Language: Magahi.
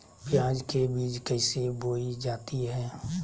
प्याज के बीज कैसे बोई जाती हैं?